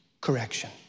correction